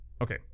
Okay